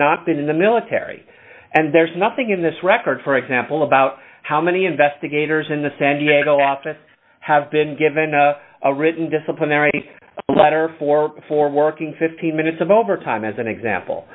not been in the military and there's nothing in this record for example about how many investigators in the san diego office have been given a written disciplinary letter for for working fifteen minutes of overtime as an example